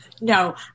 no